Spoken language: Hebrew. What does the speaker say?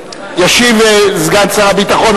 ישיב סגן שר הביטחון,